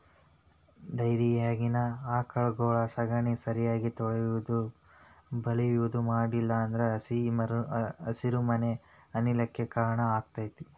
ಡೈರಿಯಾಗಿನ ಆಕಳಗೊಳ ಸಗಣಿ ಸರಿಯಾಗಿ ತೊಳಿಯುದು ಬಳಿಯುದು ಮಾಡ್ಲಿಲ್ಲ ಅಂದ್ರ ಹಸಿರುಮನೆ ಅನಿಲ ಕ್ಕ್ ಕಾರಣ ಆಕ್ಕೆತಿ